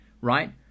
right